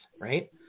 right